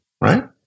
right